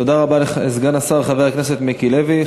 תודה רבה לסגן השר חבר הכנסת מיקי לוי.